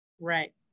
right